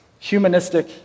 humanistic